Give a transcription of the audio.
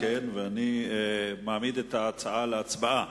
אני מעמיד את ההצעה להצבעה.